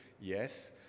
Yes